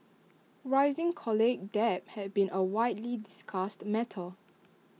rising college debt has been A widely discussed matter